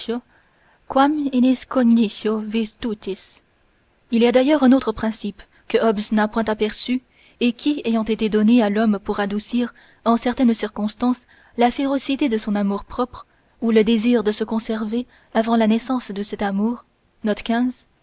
virtutis il y a d'ailleurs un autre principe que hobbes n'a point aperçu et qui ayant été donné à l'homme pour adoucir en certaines circonstances la férocité de son amour-propre ou le désir de se conserver avant la naissance de cet amour